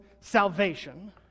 salvation